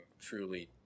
truly